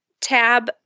tab